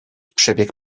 przebieg